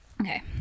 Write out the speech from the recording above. okay